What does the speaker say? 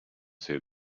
see